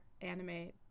anime